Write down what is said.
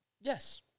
Yes